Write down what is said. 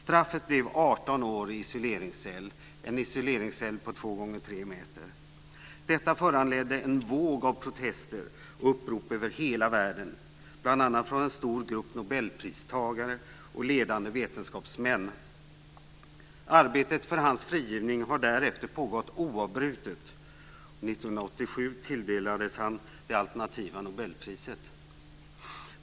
Straffet blev 18 år i en isoleringscell på 2 * 3 meter. Detta föranledde en våg av protester och upprop över hela världen, bl.a. från en stor grupp Nobelpristagare och ledande vetenskapsmän. Arbetet för hans frigivning har därefter pågått oavbrutet.